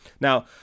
Now